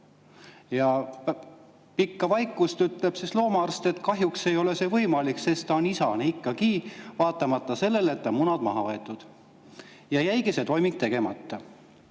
pikka vaikust ütleb loomaarst: "Kahjuks ei ole see võimalik, sest ta on isane [koer] ikkagi, vaatamata sellele, et tal on munad maha võetud." Ja jäigi see toiming tegemata.